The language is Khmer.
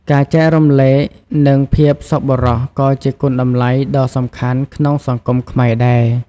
ការចែករំលែក និងភាពសប្បុរសក៏ជាគុណតម្លៃដ៏សំខាន់ក្នុងសង្គមខ្មែរដែរ។